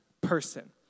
person